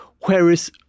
Whereas